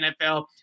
NFL